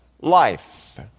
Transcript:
life